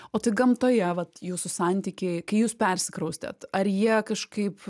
o tai gamtoje vat jūsų santykiai kai jūs persikraustėt ar jie kažkaip